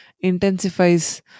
intensifies